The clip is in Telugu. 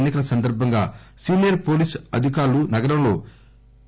ఎన్ని కల సందర్భంగా సీనియర్ వోలీస్ అధికారులు నగరంలో బి